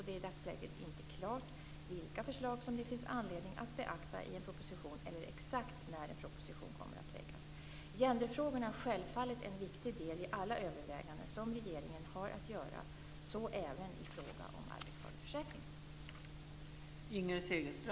Det är i dagsläget inte klart vilka förslag som det finns anledning att beakta i en proposition eller exakt när en proposition kommer att läggas fram. Genderfrågorna är självfallet en viktig del i alla överväganden som regeringen har att göra, så även i fråga om arbetsskadeförsäkringen.